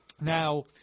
Now